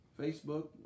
Facebook